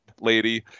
lady